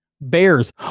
Bears